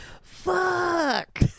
Fuck